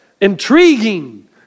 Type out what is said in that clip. Intriguing